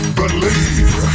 believe